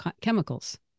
chemicals